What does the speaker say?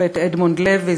השופט אדמונד לוי,